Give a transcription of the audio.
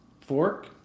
fork